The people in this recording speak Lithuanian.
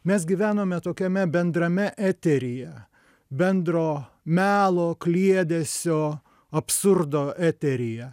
mes gyvenome tokiame bendrame eteryje bendro melo kliedesio absurdo eteryje